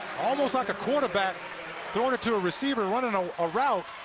almost like a quarterback throwing it to a receiver, running ah a route,